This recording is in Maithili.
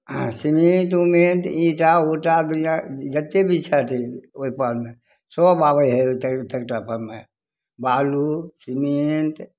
सिमेन्ट उमेन्ट ईंटा उटा दुनिआ जतेक भी छथि ई ओहिपरमे सब आबै हइ ट्रैकटरपरमे बालू सिमेन्ट